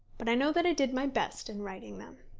but i know that i did my best in writing them.